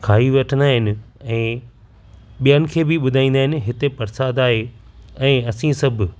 खाई वठंदा आहिनि ऐं ॿियनि खे बि बुधाईंदा आहिनि हिते परसाद आहे ऐं असी सभु